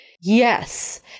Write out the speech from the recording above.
Yes